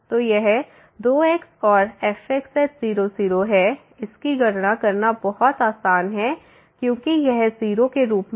तो यह 2x और fx0 0 है इसकी गणना करना बहुत आसान है क्योंकि यह 0 के रूप में आएगा